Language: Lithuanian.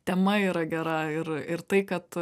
tema yra gera ir ir tai kad